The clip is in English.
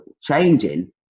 changing